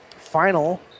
final